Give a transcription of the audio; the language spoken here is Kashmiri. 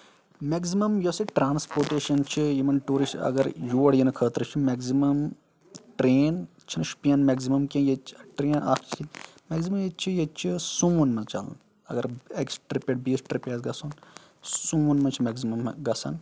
میکزِمم یۄسہٕ ییٚتہِ ٹرانسپوٹیشن چھِ یِمن ٹوٗرِسٹ اَگر یور ییٚنہٕ خٲطرٕ چھِ میکزِمم ٹرین چھےٚ نہٕ شُوپین میکزِمم کیٚنٛہہ ییٚتہِ چھِ ٹرین اکھ چھِ میکزِمم ییٚتہِ چھِ ییٚتہِ چھ سومومن منٛز چلان اَگر أکِس ٹریپ پٮ۪ٹھ بیٚیِس ٹریِپ آسہِ گژھُن سوموون منٛز چھِ میکزِمم گژھان